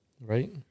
Right